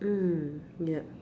mm yup